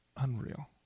unreal